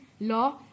law